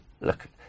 look